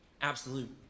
absolute